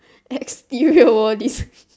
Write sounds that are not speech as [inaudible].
exterior wall this [noise]